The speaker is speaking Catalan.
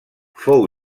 fou